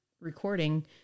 recording